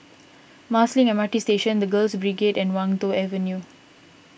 Marsiling M R T Station the Girls Brigade and Wan Tho Avenue